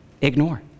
ignore